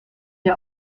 der